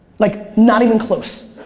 like, not even close.